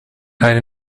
hari